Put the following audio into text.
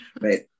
Right